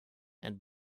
and